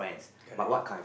correct